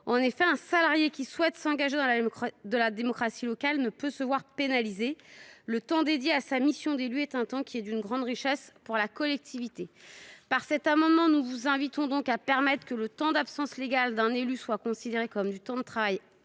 En effet, un salarié qui souhaite s’engager dans la démocratie locale ne doit pas être pénalisé. Le temps qu’il consacre à sa mission d’élu est d’une grande richesse pour la collectivité. Par cet amendement, nous vous invitons donc à faire en sorte que le temps d’absence légale d’un élu soit considéré comme du temps de travail